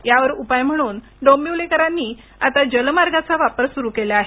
यावर उपाय म्हणून डोंबिवलीकरांनी आता जलमार्गाचा वापर सुरू केला आहे